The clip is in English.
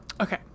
okay